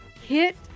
hit